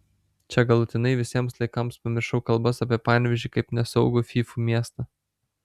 čia galutinai visiems laikams pamiršau kalbas apie panevėžį kaip nesaugų fyfų miestą